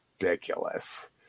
ridiculous